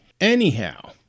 anyhow